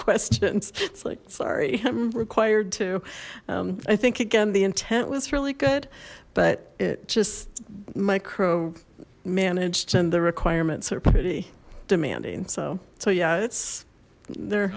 questions it's like sorry i'm required to i think again the intent was really good but it just micro managed and the requirements are pretty demanding so so yeah